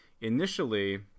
Initially